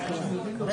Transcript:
בינינו